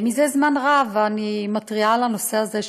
זה זמן רב אני מתריעה על הנושא הזה,